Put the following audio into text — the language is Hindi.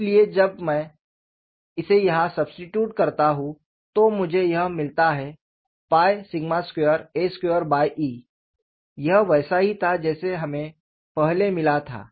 इसलिए जब मैं इसे यहां सबस्टिट्यूट करता हूं तो मुझे यह मिलता है 2a2E यह वैसा ही था जैसा हमें पहले मिला था